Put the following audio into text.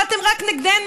ואתם רק נגדנו,